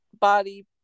body